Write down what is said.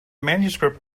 manuscript